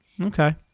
Okay